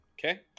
okay